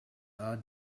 are